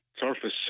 surface